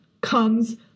comes